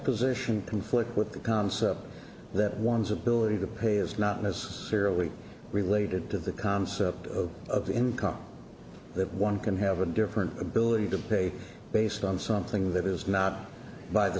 position conflict with the concept that one's ability to pay is not necessarily related to the concept of the income that one can have a different ability to pay based on something that is not by the